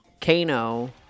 Kano